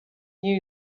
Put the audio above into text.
new